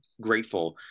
grateful